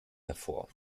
hervor